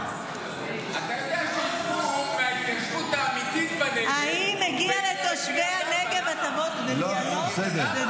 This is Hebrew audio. אתה יודע שייקחו מההתיישבות האמיתית בנגב וייתנו לקריית ארבע.